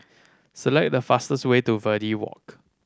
select the fastest way to Verde Walk